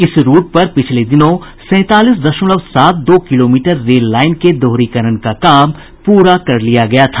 इस रूट पर सैंतालीस दशमलव सात दो किलोमीटर रेल लाईन के दोहरीकरण का काम पूरा कर लिया गया है